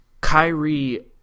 Kyrie